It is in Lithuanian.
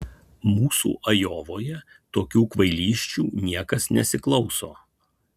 mūsų ajovoje tokių kvailysčių niekas nesiklauso